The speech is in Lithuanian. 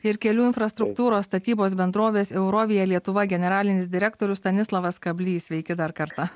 ir kelių infrastruktūros statybos bendrovės eurovija lietuva generalinis direktorius stanislovas kablys sveiki dar kartą